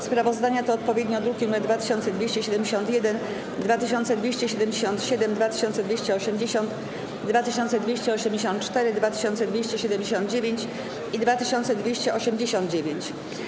Sprawozdania to odpowiednio druki nr 2271, 2277, 2280, 2284, 2279 i 2289.